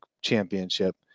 championship